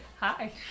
Hi